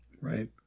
Right